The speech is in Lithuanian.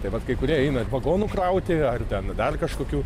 tai vat kai kurie eina vagonų krauti ar ten dar kažkokių